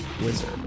Wizard